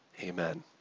Amen